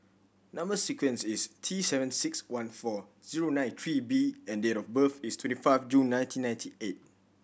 number sequence is T seven six one four zero nine three B and date of birth is twenty five June nineteen ninety eight